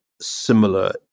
similar